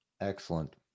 excellent